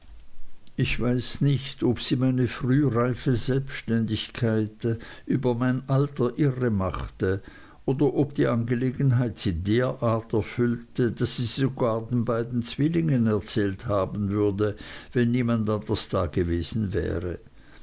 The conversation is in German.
ich weiß nicht ob sie meine frühreife selbständigkeit über mein alter irre machte oder ob die angelegenheit sie derart erfüllte daß sie sie sogar den beiden zwillingen erzählt haben würde wenn niemand anders dagewesen wäre